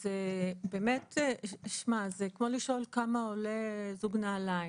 זה כמו לשאול כמה עולה זוג נעליים.